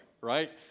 right